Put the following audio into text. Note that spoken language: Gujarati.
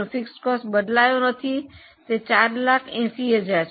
સ્થિર ખર્ચ બદલાયો નથી તે 480000 છે